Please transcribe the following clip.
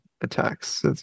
attacks